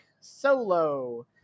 solo